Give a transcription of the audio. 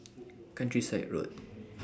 Countryside Road